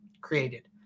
created